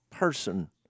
person